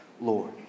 Lord